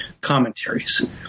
commentaries